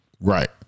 Right